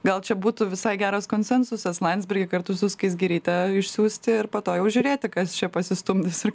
gal čia būtų visai geras konsensusas landsbergį kartu su skaisgiryte išsiųsti ir po to jau žiūrėti kas čia pasistumdys ir